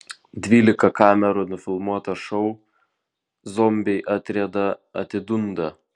dvylika kamerų nufilmuotą šou zombiai atrieda atidunda